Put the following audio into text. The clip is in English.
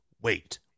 wait